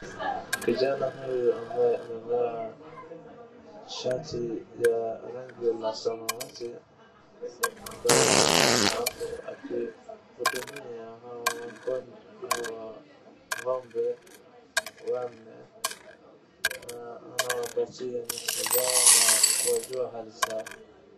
Kijana huyu ambaye amevaa shati ya rangi la samawati ambaye amesimama hapo akimhudumia hawa ng'ombe wanne, anawapatia nyasi zao na kuwajua hali zao.